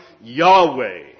Yahweh